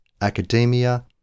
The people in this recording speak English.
academia